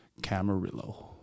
Camarillo